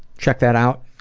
check that out,